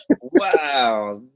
Wow